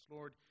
Lord